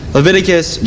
Leviticus